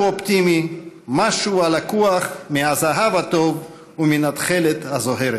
"משהו אופטימי / משהו הלקוח מהזהב הטוב / ומן התכלת הזוהרת".